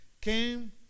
came